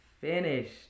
finished